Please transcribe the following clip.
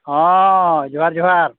ᱦᱮᱸ ᱡᱚᱦᱟᱨ ᱡᱚᱦᱟᱨ